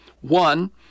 One